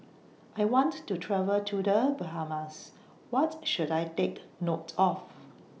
I want to travel to The Bahamas What should I Take note of